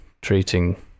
treating